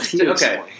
okay